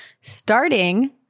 starting